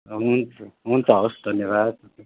हुन्छ हुन्छ हवस् धन्यवाद